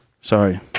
Sorry